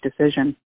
decision